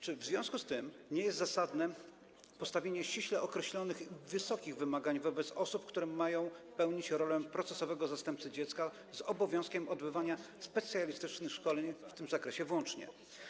Czy w związku z tym nie jest zasadne postawienie ściśle określonych i wysokich wymagań wobec osób, które mają pełnić rolę procesowego zastępcy dziecka, z obowiązkiem odbywania specjalistycznych szkoleń w tym zakresie włącznie?